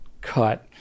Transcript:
cut